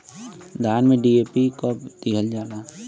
धान में डी.ए.पी कब दिहल जाला?